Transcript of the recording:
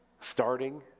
starting